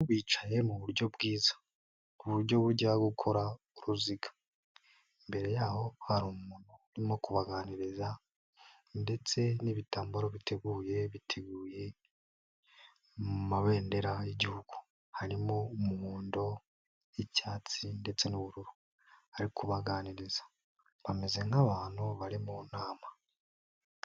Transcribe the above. Bicaye mu buryo bwiza, ku buryo bujya gukora uruziga. Imbere yaho hari umuntu urimo kubaganiriza ndetse n'ibitambaro biteguye. Biteguye mu mabendera y'Igihugu. Harimo umuhondo, icyatsi ndetse n'ubururu. Ari kubaganiriza bameze nk'abantu bari mu nama.